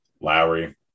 Lowry